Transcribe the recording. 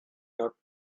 not